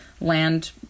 land